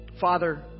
Father